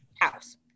house